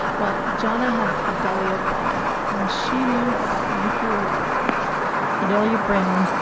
well, jana had fedelia brennan and she knew about nuclear war fedelia brennan,